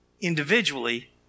individually